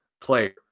player